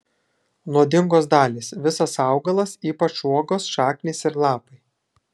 nuodingos dalys visas augalas ypač uogos šaknys ir lapai